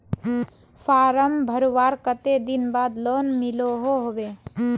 Form भरवार कते दिन बाद लोन मिलोहो होबे?